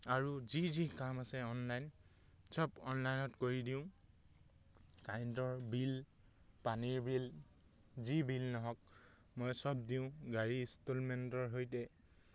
আৰু যি যি কাম আছে অনলাইন চব অনলাইনত কৰি দিওঁ কাৰেণ্টৰ বিল পানীৰ বিল যি বিল নহওক মই চব দিওঁ গাড়ী ইনষ্টলমেণ্টৰ সৈতে